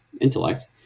intellect